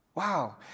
Wow